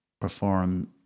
perform